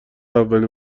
اولین